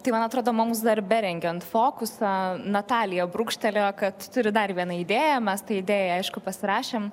tai man atrodo mums darbe rengiant fokusą natalija brūkštelėjo kad turi dar vieną idėją mes tai idėjai aišku pasirašėm